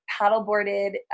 paddleboarded